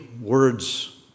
words